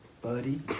buddy